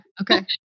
Okay